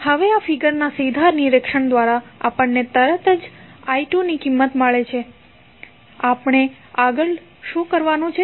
હવે આ ફિગરના સીધા નિરીક્ષણ દ્વારા આપણને તરત જ i2 ની કિંમત મળી આપણે આગળ શું કરવાનું છે